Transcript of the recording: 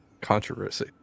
Controversy